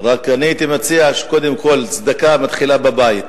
רק אני הייתי מציע שקודם כול, צדקה מתחילה בבית.